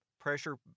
pressure